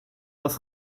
das